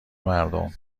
مردم